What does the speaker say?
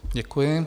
Děkuji.